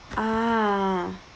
ah